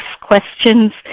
questions